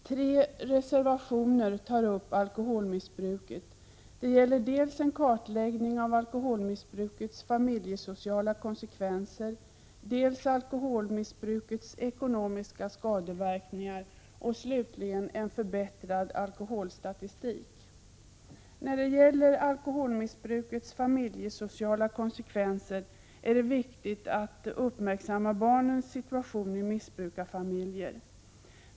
Tre reservationer tar upp alkoholmissbruket. Det gäller dels en kartläggning av alkoholmissbrukets familjesociala konsekvenser, dels alkoholmissbrukets ekonomiska skadeverkningar och slutligen en förbättrad alkoholstatistik. När det gäller alkoholmissbrukets familjesociala konsekvenser är det viktigt att uppmärksamma barnens situation i missbrukarfamiljer.